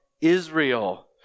Israel